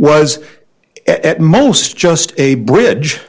was at most just a bridge